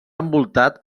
envoltat